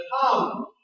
come